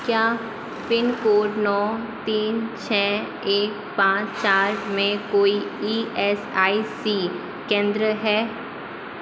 क्या पिनकोड नौ तीन छः एक पाँच चार में कोई ई एस आई सी केंद्र हैं